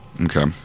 Okay